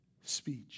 speech